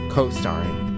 Co-starring